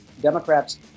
Democrats